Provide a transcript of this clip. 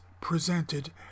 presented